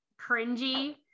cringy